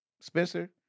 Spencer